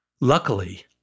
Luckily